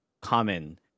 common